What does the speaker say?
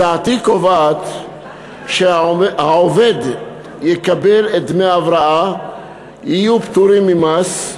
הצעתי קובעת שהעובד יקבל את דמי ההבראה והם יהיו פטורים ממס,